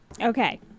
Okay